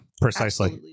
precisely